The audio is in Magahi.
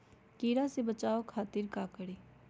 कीरा से बचाओ खातिर का करी?